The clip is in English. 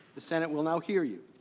the senate will now here you.